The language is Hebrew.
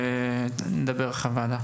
ועניין.